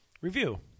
review